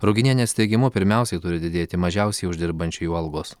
ruginienės teigimu pirmiausiai turi didėti mažiausiai uždirbančiųjų algos